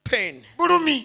Pain